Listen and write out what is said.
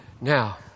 Now